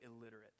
illiterate